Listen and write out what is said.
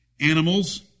Animals